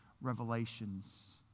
revelations